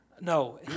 No